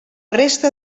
resta